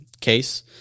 case